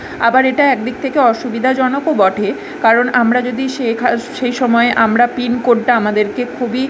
আবার এটা এক দিক থেকে অসুবিধাজনকও বটে কারণ আমরা যদি শেখার সেই সময়ে আমরা পিনকোডটা আমাদেরকে খুবই